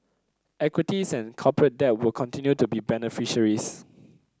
equities and corporate debt will continue to be beneficiaries